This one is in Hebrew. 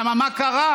למה, מה קרה?